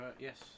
yes